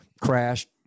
crashed